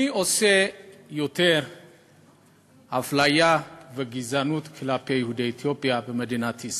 מי עושה יותר אפליה וגזענות כלפי יהודי אתיופיה במדינת ישראל?